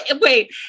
wait